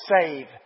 save